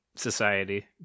society